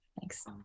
thanks